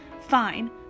Fine